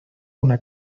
una